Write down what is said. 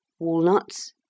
Walnuts